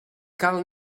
cal